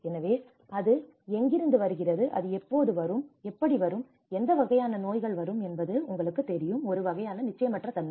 எனவே அது எங்கிருந்து வருகிறது அது எப்போது வரும் எப்படி வரும் எந்த வகையான நோய்கள் வரும் என்பது உங்களுக்குத் தெரியும் ஒரு வகையான நிச்சயமற்ற தன்மை